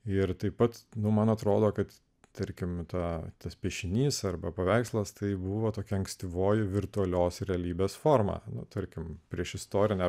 ir taip pat nu man atrodo kad tarkim mito tas piešinys arba paveikslas tai buvo tokia ankstyvoji virtualios realybės forma nuo tarkim priešistorinio